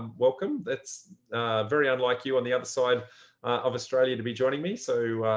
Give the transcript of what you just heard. welcome! that's very unlike you on the other side of australia to be joining me. so,